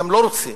גם לא רוצים.